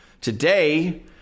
today